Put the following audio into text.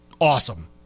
awesome